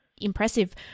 impressive